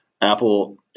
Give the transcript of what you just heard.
Apple